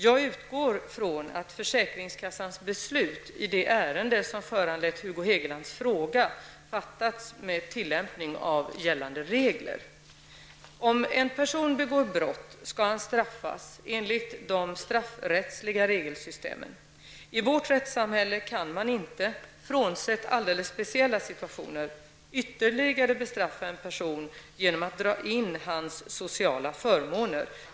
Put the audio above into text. Jag utgår från att försäkringskassans beslut i det ärende som föranlett Om en person begår brott skall han straffas enligt det straffrättsliga regelsystemet. I vårt rättssamhälle kan man inte -- frånsett alldeles speciella situationer -- ytterligare bestraffa en person genom att dra in hans sociala förmåner.